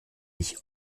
ich